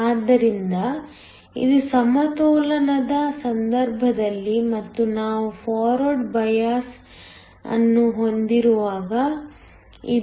ಆದ್ದರಿಂದ ಇದು ಸಮತೋಲನದ ಸಂದರ್ಭದಲ್ಲಿ ಮತ್ತು ನಾವು ಫಾರ್ವಾಡ್ ಬಯಾಸ್ವನ್ನು ಹೊಂದಿರುವಾಗ ಇದು